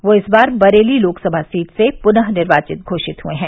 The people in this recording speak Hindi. वह इस बार बरेली लोकसभा सीट से पुनः निर्वाचित घोषित हुए है